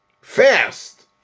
fast